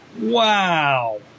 Wow